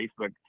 facebook